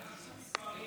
אין לך שום מספרים,